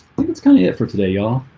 like it's kind of yet for today y'all